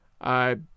I